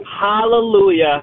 Hallelujah